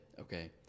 okay